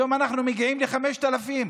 היום אנחנו מגיעים ל-5,000.